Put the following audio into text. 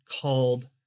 called